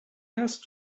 هست